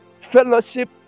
fellowship